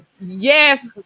yes